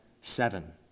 Seven